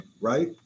Right